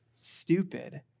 stupid